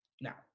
Now